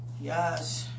Yes